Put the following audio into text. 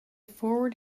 forward